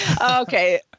Okay